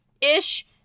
ish